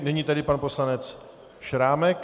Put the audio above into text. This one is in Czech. Nyní tedy pan poslanec Šrámek.